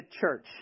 church